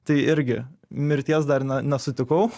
tai irgi mirties dar ne nesutikau